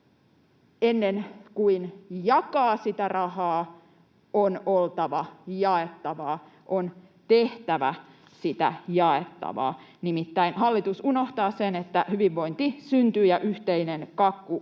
ennen kuin jakaa sitä rahaa, on oltava jaettavaa, on tehtävä sitä jaettavaa. Hallitus unohtaa sen, että hyvinvointi syntyy ja yhteinen kakku